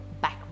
back